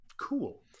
Cool